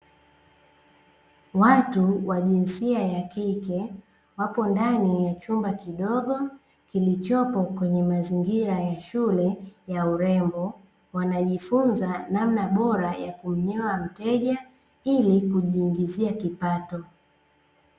Watu wa jinsia ya kike wapo ndani ya chumba kidogo kilichopo kwenye mazingira ya shule ya urembo, wanajifunza namna bora ya kumnyoa mteja, ili kujiingizia kipato.